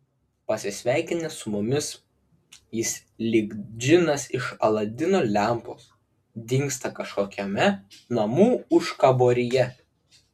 pasisveikinęs su mumis jis lyg džinas iš aladino lempos dingsta kažkokiame namų užkaboryje